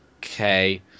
okay